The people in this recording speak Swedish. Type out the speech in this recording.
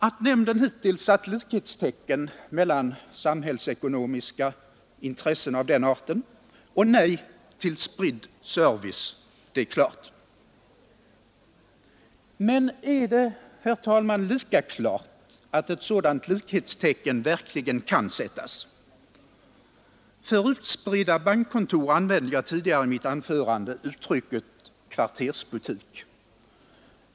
Att nämnden hittills satt likhetstecken mellan samhällsekonomiska intressen och nej till spridd service är klart. Men är det, herr talman, lika klart att ett sådant likhetstecken verkligen kan sättas? För utspridda bankkontor använde jag tidigare i mitt anförande uttrycket ”kvartersbutik”.